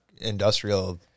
industrial